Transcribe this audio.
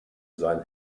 sein